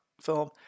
film